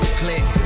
click